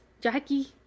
jackie